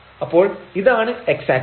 അപ്പോൾ ഇതാണ് x axis